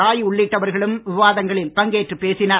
ராய் உள்ளிட்டவர்களும் விவாதங்களில் பங்கேற்றுப் பேசினர்